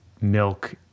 milk